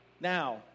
Now